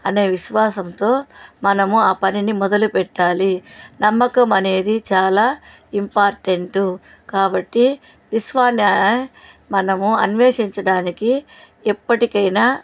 అనే విశ్వాసంతో మనము ఆ పనిని మొదలు పెట్టాలి నమ్మకం అనేది చాలా ఇంపార్టెంటు కాబట్టి విశ్వాన్ని మనము అన్వేషించడానికి ఎప్పటికి అయినా